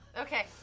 Okay